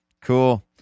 Cool